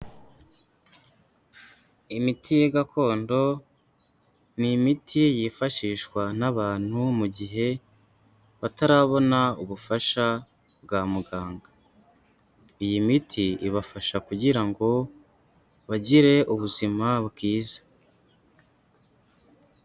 Imiti gakondo, ni imiti yifashishwa n'abantu mu gihe batarabona ubufasha bwa muganga. Iyi miti ibafasha kugira ngo bagire ubuzima bwiza.